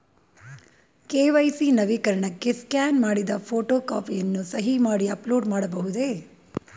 KYC ನವೀಕರಣಕ್ಕೆ scan ಮಾಡಿದ photo ಕಾಪಿಯನ್ನು ಸಹಿ ಮಾಡಿ ಅಪ್ಲೋಡ್ ಮಾಡಬಹುದೇ?